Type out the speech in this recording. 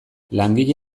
langile